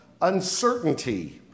uncertainty